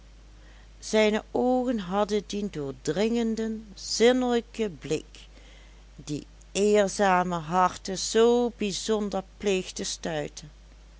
zijne oogen hadden dien doordringenden zinnelijken blik die eerzame harten zoo bijzonder pleegt te stuiten